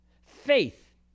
faith